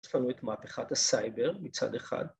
‫יש לנו את מהפכת הסייבר מצד אחד.